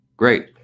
Great